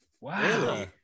Wow